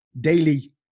daily